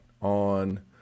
on